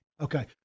Okay